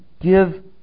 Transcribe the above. give